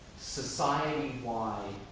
society-wide,